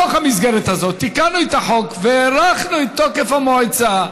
בתוך המסגרת הזו תיקנו את החוק והארכנו את תוקף המועצה,